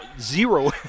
zero